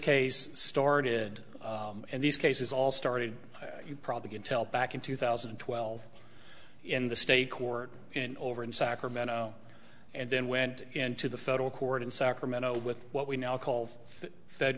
case started and these cases all started you probably can tell back in two thousand and twelve in the state court and over in sacramento and then went into the federal court in sacramento with what we now call fed